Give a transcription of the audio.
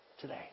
Today